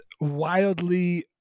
wildly